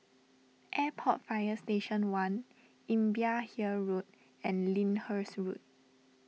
Airport Fire Station one Imbiah Hill Road and Lyndhurst Road